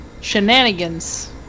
shenanigans